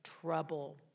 trouble